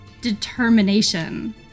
determination